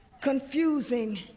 Confusing